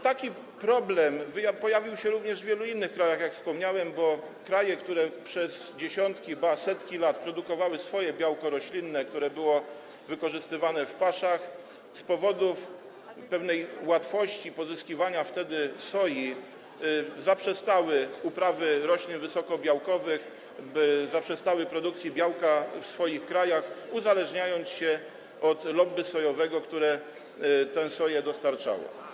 Ten problem pojawił się również w wielu innych państwach, jak wspomniałem, bo kraje, które przez dziesiątki, ba, setki lat produkowały swoje białko roślinne wykorzystywane w paszach, z powodu pewnej łatwości pozyskiwania soi zaprzestały uprawy roślin wysokobiałkowych, zaprzestały produkcji białka na swoich terenach, uzależniając się od lobby sojowego, które tę soję dostarczało.